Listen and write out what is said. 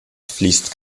fließt